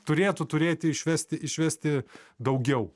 turėtų turėti išvesti išvesti daugiau